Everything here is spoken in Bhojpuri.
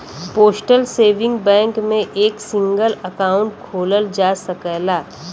पोस्टल सेविंग बैंक में एक सिंगल अकाउंट खोलल जा सकला